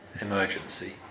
emergency